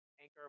Anchor